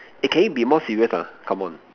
eh can you be more serious ah come on